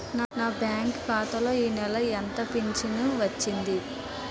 నా బ్యాంక్ ఖాతా లో ఈ నెల ఎంత ఫించను వచ్చింది?